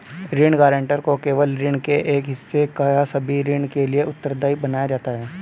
ऋण गारंटर को केवल एक हिस्से या सभी ऋण के लिए उत्तरदायी बनाया जाता है